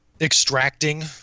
extracting